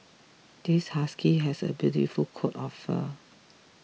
this husky has a beautiful coat of fur